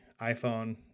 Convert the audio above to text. iPhone